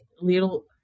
little